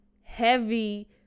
heavy